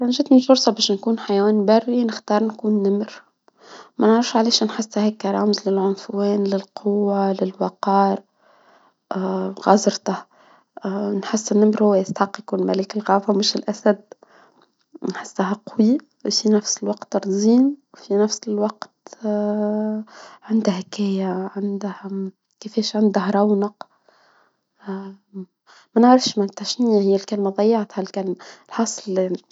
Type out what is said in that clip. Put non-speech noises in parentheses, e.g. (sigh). كان جاتني الفرصة باش نكون حيوان بري نختار نكون نمر، ما نعرفش علاش للعنفوان للقوة للبقاء، (hesitation) بغزرته، (hesitation) نحسن نمرة يستحق يكون ملك الغابة مش الأسد، هساها قوي ماشي نفس الوقت رجيم في نفس الوقت (hesitation) عندها هكايا عندها كيفاش عندها رونق (hesitation) منعرفش شنو هي الكلمة ضيعت هالكلمة.